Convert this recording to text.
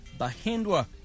Bahindwa